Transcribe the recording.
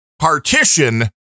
partition